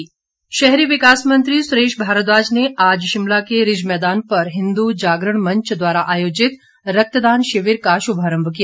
रक्तदान शिविर शहरी विकास मंत्री सुरेश भारद्वाज ने आज शिमला के रिज मैदान पर हिन्दू जागरण मंच द्वारा आयोजित रक्तदान शिविर का शुभारम्भ किया